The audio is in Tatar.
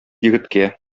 егеткә